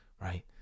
right